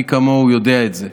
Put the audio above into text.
מי כמוהו יודע את זה.